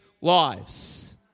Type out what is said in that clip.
lives